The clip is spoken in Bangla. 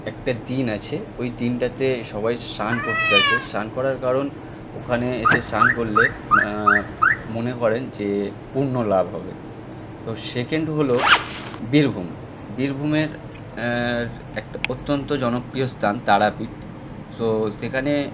একটা দিন আছে ওই দিনটাতে সবাই স্নান করতে আসে স্নান করার কারণ ওখানে এসে স্নান করলে ওনা মনে করেন যে পুণ্য লাভ হবে তো সেকেণ্ড হলো বীরভূম বীরভূমের একটা অত্যন্ত জনপ্রিয় স্থান তারাপীঠ তো সেখানে